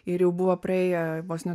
ir jau buvo praėję vos ne